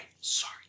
Sorry